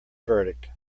verdict